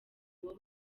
wowe